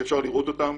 שאפשר לראות אותם.